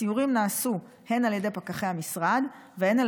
הסיורים נעשו הן על ידי פקחי המשרד והן על